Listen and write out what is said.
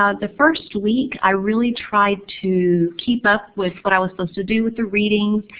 ah the first week i really tried to keep up with what i was supposed to do with the reading,